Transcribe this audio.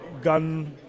gun